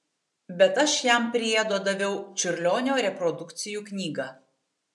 bet aš jam priedo daviau čiurlionio reprodukcijų knygą